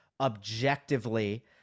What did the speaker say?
objectively